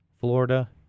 Florida